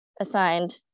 assigned